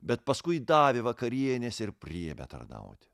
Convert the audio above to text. bet paskui davė vakarienės ir priėmė tarnauti